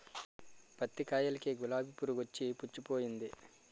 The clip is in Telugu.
పత్తి కాయలకి గులాబి పురుగొచ్చి పుచ్చిపోయింది